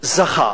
זכה